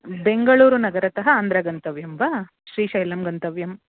बेङ्गलूरुनगरतः आन्ध्रं गन्तव्यं वा श्रीशैलं गन्तव्यम्